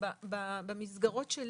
במסגרות שלי,